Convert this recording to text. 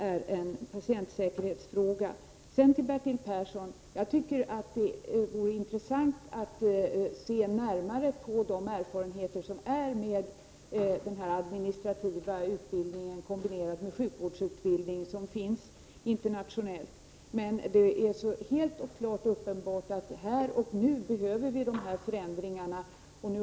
Jag tycker att det vore intressant, Bertil Persson, att se närmare på de erfarenheter som finns med den administrativa utbildningen kombinerad med sjukvårdsutbildning som finns internationellt. Men det är helt och klart uppenbart att vi behöver förändringar här och nu.